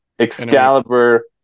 Excalibur